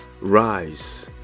rise